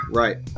right